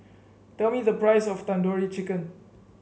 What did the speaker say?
tell me the price of Tandoori Chicken